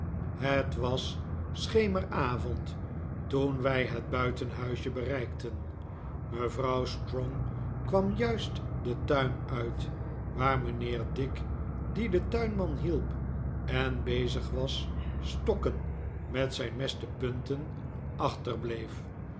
het was schemeravond toen wij het buitenhuisje bereikten mevrouw strong kwam juist den tuin uit waar mijnheer dick die den tuinman hielp en bezig was stokken met zijn mes te punten